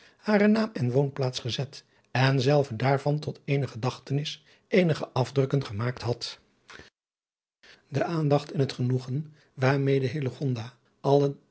haren naam en woonplaats gezet en zelve daarvan tot eene gedachtenis eenige afdrukken gemaakt had de aandacht en het genoegen waarmede hillegonda alle